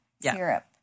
Syrup